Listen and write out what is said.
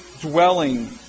dwelling